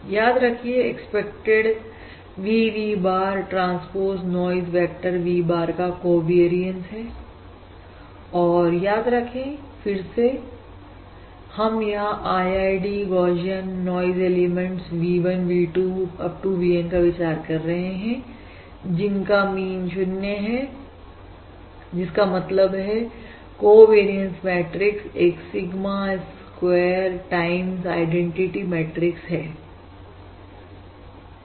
याद रखिए expected V V bar transpose noise vector V bar का कोवेरियंस है और याद रखें फिर से हम यहां IID Gaussian noise elements V1 V2 Up to VN का विचार कर रहे हैं जिनका मीन 0 है जिसका मतलब है कोवेरियंस मैट्रिक्स एक sigma square time identity matrix है